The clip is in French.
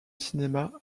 cinéma